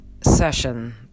session